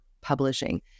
publishing